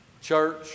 Church